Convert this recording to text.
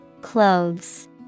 Clothes